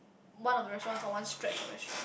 one of the restaurants or one stretch of restaurant